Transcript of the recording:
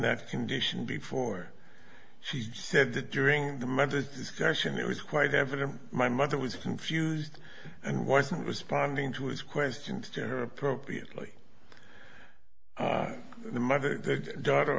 that condition before she said that during the mental discussion it was quite evident my mother was confused and wasn't responding to his questions to her appropriately the mother daughter